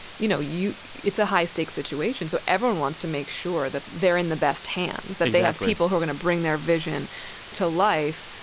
you know, you it's a high-stake situation. so everyone wants to make sure that they're in the best hands. exactly. that they have people who are going to bring their vision to life,